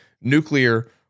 nuclear